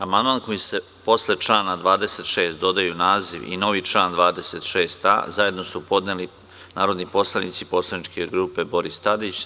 Amandman kojim se posle člana 26. dodaju naziv i novi član 26a zajedno su podneli narodni poslanici poslaničke grupe Boris Tadić.